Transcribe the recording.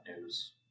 news